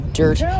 dirt